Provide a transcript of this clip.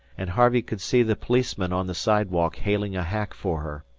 and harvey could see the policeman on the sidewalk hailing a hack for her.